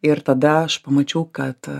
ir tada aš pamačiau kad